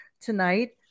tonight